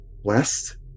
west